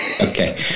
Okay